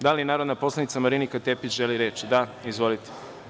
Da li narodna poslanica Marinika Tepić, želi reč? (Da) Izvolite.